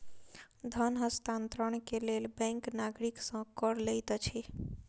धन हस्तांतरण के लेल बैंक नागरिक सॅ कर लैत अछि